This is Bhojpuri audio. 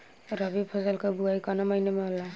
रबी फसल क बुवाई कवना महीना में होला?